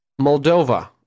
Moldova